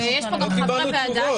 אבל יש פה חברי ועדה,